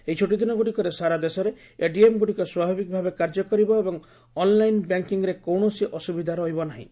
ଏହି ଛୁଟିଦିନଗୁଡ଼ିକରେ ସାରା ଦେଶରେ ଏଟିଏମ୍ଗୁଡ଼ିକ ସ୍ୱାଭାବିକ ଭାବେ କାର୍ଯ୍ୟକରିବ ଏବଂ ଅନ୍ଲାଇନ୍ ବ୍ୟାଙ୍କିଙ୍ଗ୍ରେ କୌଣସି ଅସୁବିଧା ରହିବ ନାହିଁ